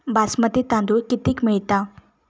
बासमती तांदूळ कितीक मिळता?